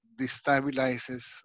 destabilizes